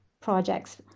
projects